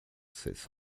sits